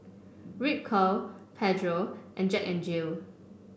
Ripcurl Pedro and Jack N Jill